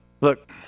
Look